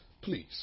please